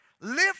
lift